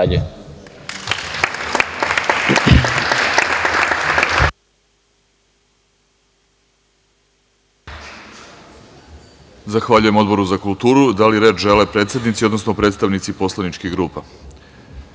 Zahvaljujem Odboru za kulturu. Da li reč žele predsednici, odnosno predstavnici poslaničkih grupa? Reč